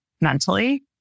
mentally